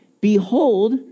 behold